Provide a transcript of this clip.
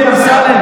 דודי אמסלם,